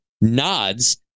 nods